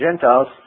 Gentiles